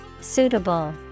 Suitable